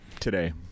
today